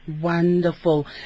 Wonderful